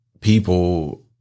people